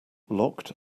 locked